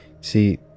See